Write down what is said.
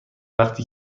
وقتی